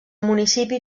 municipi